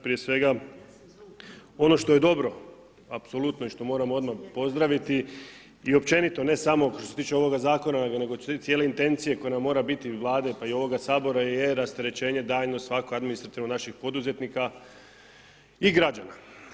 Prije svega, ono što je dobro apsolutno i što moramo odmah pozdraviti i općenito, ne samo što se tiče ovoga zakona, nego cijele intencije koja nam mora biti iz vlade pa i ovoga Sabora je rasterećenje daljnje svako administrativno naših poduzetnika i građana.